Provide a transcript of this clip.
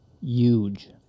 huge